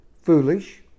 foolish